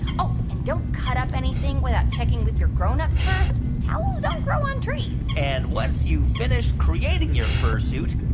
oh, and don't cut up anything without checking with your grown-ups first. towels don't grow on trees and once you finish creating your fur suit,